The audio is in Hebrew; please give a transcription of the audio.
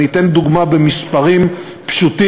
אני אתן דוגמה במספרים פשוטים,